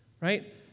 Right